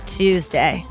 tuesday